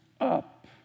up